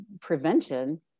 prevention